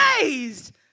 amazed